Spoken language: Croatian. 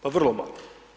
Pa vrlo malo.